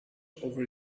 over